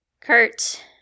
Kurt